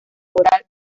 coral